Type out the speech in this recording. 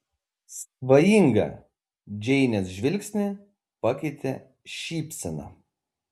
svajingą džeinės žvilgsnį pakeitė šypsena